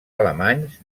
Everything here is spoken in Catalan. alemanys